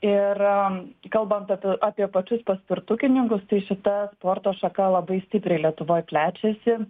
ir kalbant apie pačius paspirtukininkus tai šita sporto šaka labai stipriai lietuvoj plečiasi